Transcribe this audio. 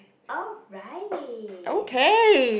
alright